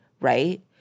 right